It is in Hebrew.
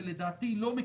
ולדעתי לא מקבל,